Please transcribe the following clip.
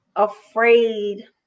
afraid